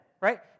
Right